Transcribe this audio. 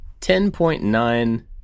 10.9